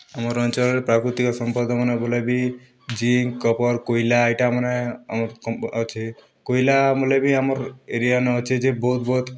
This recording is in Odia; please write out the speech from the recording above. ଆମର୍ ଅଞ୍ଚଳରେ ପ୍ରାକୃତିକ ସମ୍ପଦମନେ ବୋଲେ ବି ଜିଙ୍କ୍ କପର୍ କୋଇଲା ଏଇଟାମନେ ଆମର୍ କମ୍ ଅଛେ କୋଇଲା ମଲେ ବି ଆମର୍ ଏରିଆନେ ଅଛେ ଜେ ବହୁତ୍ ବହୁତ୍